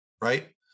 Right